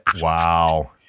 Wow